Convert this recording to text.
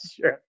sure